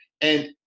and-